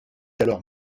alors